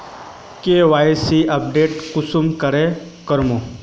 KYC update कुंसम करे करूम?